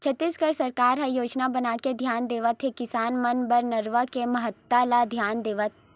छत्तीसगढ़ सरकार ह योजना बनाके धियान देवत हे किसान मन बर नरूवा के महत्ता ल धियान देवत